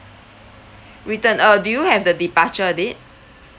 return uh do you have the departure date